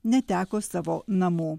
neteko savo namų